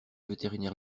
vétérinaire